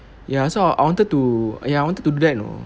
ya so I wanted to ya I wanted to do that you know